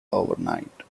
overnight